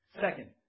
Second